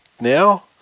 now